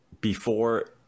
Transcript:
before-